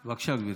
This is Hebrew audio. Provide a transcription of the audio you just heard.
בבקשה, גברתי.